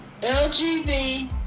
LGBT